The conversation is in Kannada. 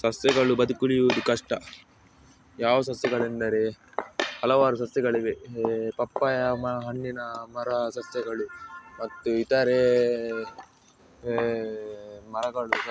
ಸಸ್ಯಗಳು ಬದುಕುಳಿಯುವುದು ಕಷ್ಟ ಯಾವ ಸಸ್ಯಗಳೆಂದರೆ ಹಲವಾರು ಸಸ್ಯಗಳಿವೆ ಎ ಪಪ್ಪಾಯ ಮ ಹಣ್ಣಿನ ಮರ ಸಸ್ಯಗಳು ಮತ್ತು ಇತರೆ ಮರಗಳು